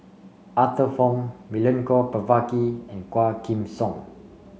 Arthur Fong Milenko Prvacki and Quah Kim Song